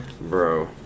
Bro